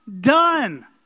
done